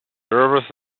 services